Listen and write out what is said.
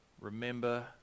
remember